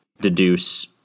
deduce